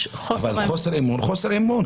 אבל חוסר האמון הוא חוסר אמון.